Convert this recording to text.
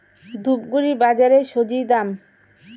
ধূপগুড়ি বাজারের স্বজি দাম?